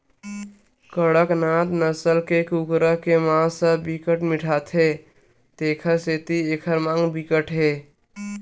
कड़कनाथ नसल के कुकरा के मांस ह बिकट मिठाथे तेखर सेती एखर मांग बिकट हे